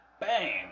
Bang